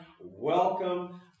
welcome